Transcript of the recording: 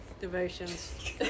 devotions